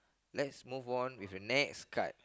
lets move on with a next card